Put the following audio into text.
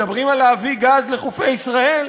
מדברים על להביא גז לחופי ישראל,